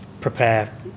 prepare